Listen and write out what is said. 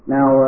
Now